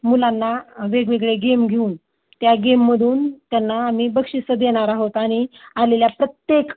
मुलांना वेगवेगळे गेम घेऊन त्या गेममधून त्यांना आम्ही बक्षीसं देणार आहोत आणि आलेल्या प्रत्येक